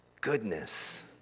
goodness